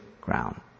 ground